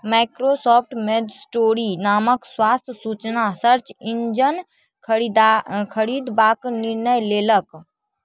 Microsoft MedStory नामक स्वास्थ्य सूचना सर्च इंजिन खरीदा खरीदबाक निर्णय लेलक